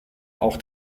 auch